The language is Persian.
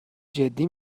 جدی